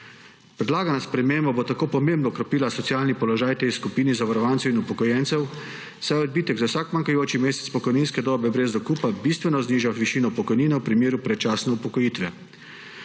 Predlagana sprememba bo tako pomembno okrepila socialni položaj tej skupini zavarovancev in upokojencev, saj odbitek za vsak manjkajoči mesec pokojninske dobe brez dokupa bistveno zniža višino pokojnine v primeru predčasne upokojitve.